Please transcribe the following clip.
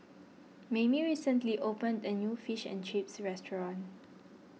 Mayme recently opened a new Fish and Chips restaurant